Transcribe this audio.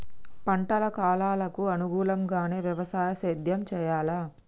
పంటల కాలాలకు అనుగుణంగానే వ్యవసాయ సేద్యం చెయ్యాలా?